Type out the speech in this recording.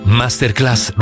masterclass